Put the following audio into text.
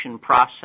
process